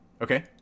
okay